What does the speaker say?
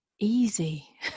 Easy